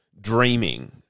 dreaming